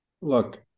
look